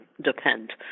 depend